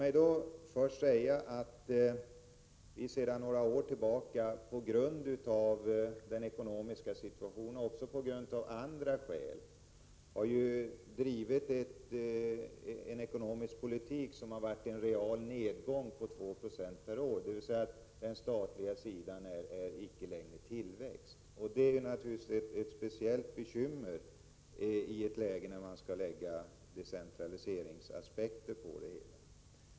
Till att börja med vill jag framhålla att vi sedan några år tillbaka på grund av den ekonomiska situationen och även av andra skäl har drivit en ekonomisk politik som inneburit en real nedgång på 2 90 per år — den statliga sidan är således icke längre i tillväxt. Det är naturligtvis ett speciellt bekymmer när man skall lägga decentraliseringsaspekter på det hela.